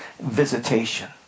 Visitation